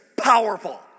powerful